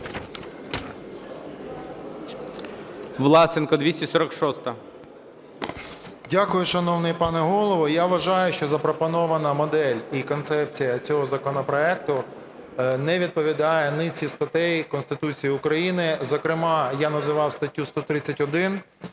ВЛАСЕНКО С.В. Дякую, шановний пане Голово. Я вважаю, що запропонована модель і концепція цього законопроекту не відповідає низці статей і Конституції України, зокрема, я називав статтю 131.